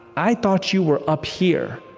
i thought you were up here.